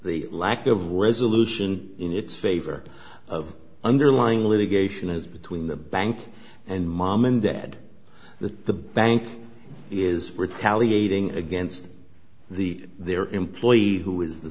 the lack of resolution in its favor of underlying litigation is between the bank and mom and dad the bank is retaliating against the their employee who is the